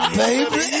baby